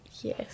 Yes